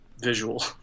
visual